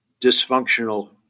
dysfunctional